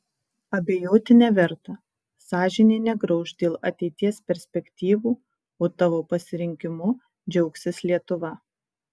abejoti neverta sąžinė negrauš dėl ateities perspektyvų o tavo pasirinkimu džiaugsis lietuva